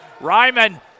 Ryman